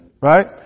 right